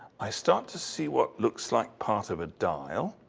i start to see what looks like part of a dial.